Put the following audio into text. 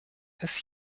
ist